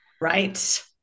right